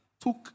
took